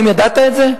האם ידעת את זה?